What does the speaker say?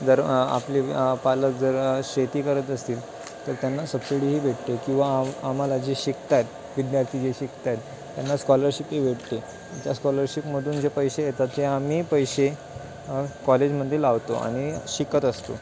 जर आपली पालक जर शेती करत असतील तर त्यांना सबसिडीही भेटते किंवा आम्हाला जे शिकत आहेत विद्यार्थी जे शिकत आहेत त्यांना स्कॉलरशिपही भेटते त्या स्कॉलरशिपमधून जे पैसे येतात ते आम्ही पैसे कॉलेजमध्ये लावतो आणि शिकत असतो